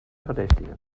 verdächtigen